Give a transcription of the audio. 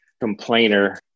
complainer